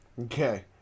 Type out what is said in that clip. Okay